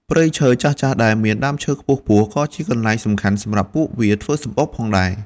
ព្រៃឈើចាស់ៗដែលមានដើមឈើខ្ពស់ៗក៏ជាកន្លែងសំខាន់សម្រាប់ពួកវាធ្វើសម្បុកផងដែរ។